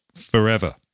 Forever